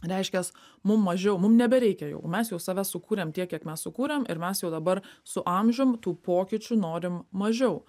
reiškias mum mažiau mum nebereikia jau mes jau save sukūrėm tiek kiek mes sukūrėm ir mes jau dabar su amžium tų pokyčių norim mažiau